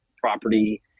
property